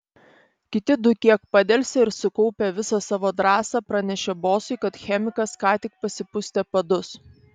kiti du kiek padelsė ir sukaupę visą savo drąsą pranešė bosui kad chemikas ką tik pasipustė padus